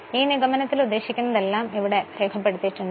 ഈ നിഗമനത്തിൽ ഉദ്ദേശിക്കുന്നതെല്ലാം ഇവിടെ രേഖപ്പെടുത്തിയിട്ടുണ്ട്